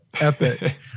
epic